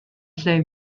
lle